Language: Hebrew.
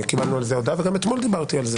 קיבלנו על זה הודעה, וגם אתמול דיברתי על זה